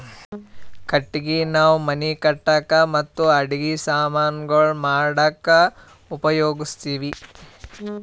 ಕಟ್ಟಗಿ ನಾವ್ ಮನಿ ಕಟ್ಟಕ್ ಮತ್ತ್ ಅಡಗಿ ಸಮಾನ್ ಗೊಳ್ ಮಾಡಕ್ಕ ಉಪಯೋಗಸ್ತಿವ್